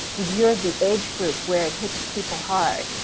you're the age group where it hits people hard,